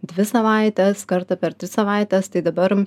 dvi savaites kartą per tris savaites tai dabar